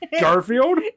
Garfield